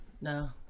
No